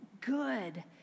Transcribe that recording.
good